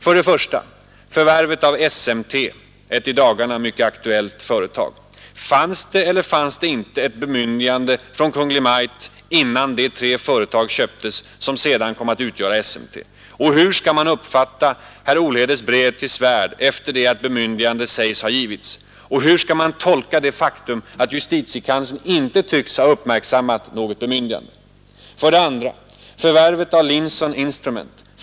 För det första: Förvärvet av SMT, ett i dagarna mycket aktuellt företag. Fanns det eller fanns det inte ett bemyndigande från Kungl. Maj:t, innan de tre företag köptes som sedan kom att utgöra SMT? Och hur skall man uppfatta Olhedes brev till Svärd efter det att bemyndigande sägs ha givits? Och hur skall man tolka det faktum att justitiekanslern inte tycks ha uppmärksammat något bemyndigande? För det andra: Förvärvet av Linson Instrument.